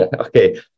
okay